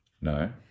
No